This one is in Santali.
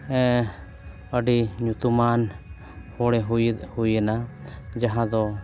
ᱟᱹᱰᱤ ᱧᱩᱛᱩᱢᱟᱱ ᱦᱚᱲᱮ ᱦᱩᱭ ᱦᱩᱭᱮᱱᱟ ᱡᱟᱦᱟᱸ ᱫᱚ